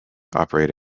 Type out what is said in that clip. operate